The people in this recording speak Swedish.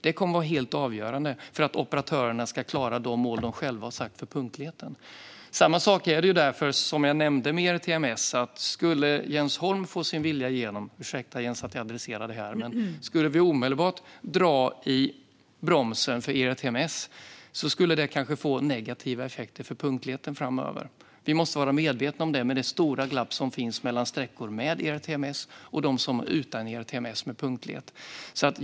Det kommer att vara helt avgörande för att operatörerna ska klara de mål de själva har satt upp för punktligheten. Samma sak är det med ERTMS, som jag nämnde. Om Jens Holm skulle få sin vilja igenom - ursäkta att jag adresserar dig här, Jens - så att vi omedelbart drar i bromsen för ERTMS skulle det kanske få negativa effekter för punktligheten framöver. Vi måste vara medvetna om det, med tanke på det stora glapp vad gäller punktlighet som finns mellan sträckor med ERTMS och de som är utan ERTMS.